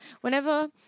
whenever